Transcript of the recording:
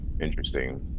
interesting